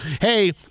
hey